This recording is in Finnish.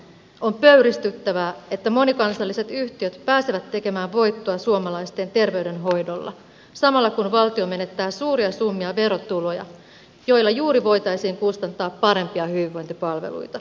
on pöyristyttävää että monikansalliset yhtiöt pääsevät tekemään voittoa suomalaisten terveydenhoidolla samalla kun valtio menettää suuria summia verotuloja joilla juuri voitaisiin kustantaa parempia hyvinvointipalveluita